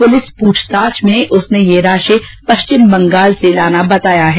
police पूछताछ में उसने यह राशि पश्चिम बंगाल से लाना बताया है